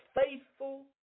faithful